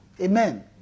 Amen